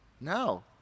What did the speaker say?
No